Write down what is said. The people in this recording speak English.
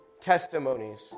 testimonies